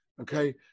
Okay